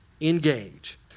engage